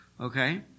okay